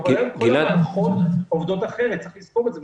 אבל היום כל המערכות עובדות אחרת וצריך לזכור את זה.